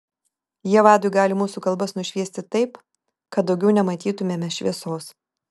jie vadui gali mūsų kalbas nušviesti taip kad daugiau nematytumėme šviesos